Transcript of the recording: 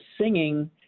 singing